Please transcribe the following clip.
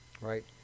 right